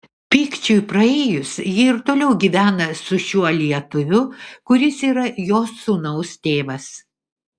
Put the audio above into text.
pykčiui praėjus ji ir toliau gyvena su šiuo lietuviu kuris yra jos sūnaus tėvas